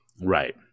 Right